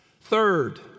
Third